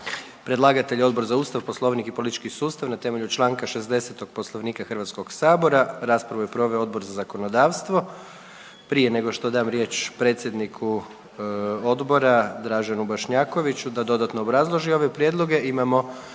Predlagatelj je Odbor za Ustav, Poslovnik i politički sustav na temelju čl. 60. Poslovnika HS. Raspravu je proveo Odbor za zakonodavstvo. Prije nego što dam riječ predsjedniku odbora Draženu Bošnjakoviću da dodatno obrazloži ove prijedloge, imamo